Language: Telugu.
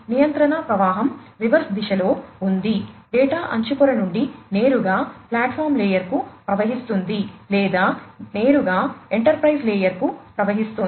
నియంత్రణ ప్రవాహం రివర్స్ దిశలో ఉంది డేటా అంచు పొర నుండి నేరుగా ప్లాట్ఫాం లేయర్కు ప్రవహిస్తుంది లేదా నేరుగా ఎంటర్ప్రైజ్ లేయర్కు కూడా ప్రవహిస్తుంది